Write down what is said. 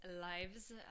lives